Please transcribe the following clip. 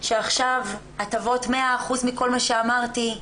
שעכשיו הטבות 100% מכל מה שאמרתי,